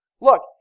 Look